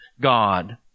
God